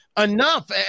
enough